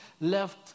left